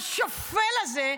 השפל הזה,